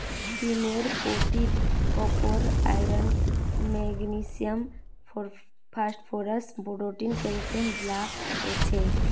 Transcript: सीमेर पोटीत copper, iron, magnesium, phosphorus, protein, calcium ला हो छे